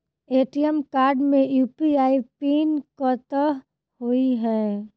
ATM card मे UPI PIN कतह होइ है?